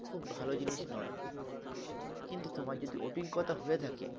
খুব ভালো জিনিস নয় কিন্তু তোমার যদি অভিজ্ঞতা হয়ে থাকে